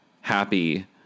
happy